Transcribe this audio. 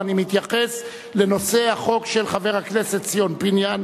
ואני מתייחס לחוק של חבר הכנסת ציון פיניאן,